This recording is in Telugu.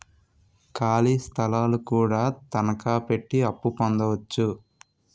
ఖాళీ స్థలాలు కూడా తనకాపెట్టి అప్పు పొందొచ్చు